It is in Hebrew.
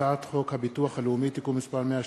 הצעת חוק הביטוח הלאומי (תיקון מס' 136),